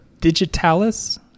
Digitalis